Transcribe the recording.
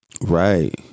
right